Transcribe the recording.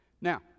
Now